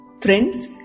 Friends